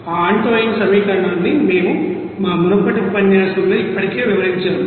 ఆ ఆంటోయిన్ సమీకరణాన్ని మేము మా మునుపటి ఉపన్యాసంలో ఇప్పటికే వివరించాము